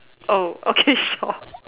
oh okay sure